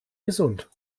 gesund